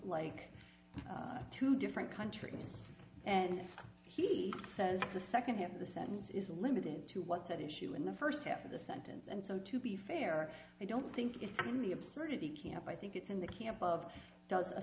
like two different countries and he says the second have the sentence is limited to what's at issue in the first half of the sentence and so to be fair i don't think it's in the absurdity camp i think it's in the camp of does a